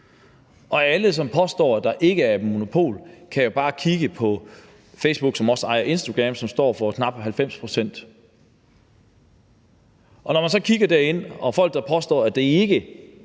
Og alle, som påstår, at der ikke er et monopol, kan bare kigge på Facebook, som også ejer Instagram, som står for knap 90 pct. Og når man så kigger derind og folk påstår, at det ikke er